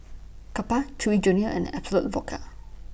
Kappa Chewy Junior and Absolut Vodka